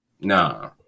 Nah